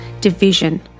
division